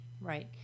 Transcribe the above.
Right